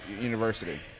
University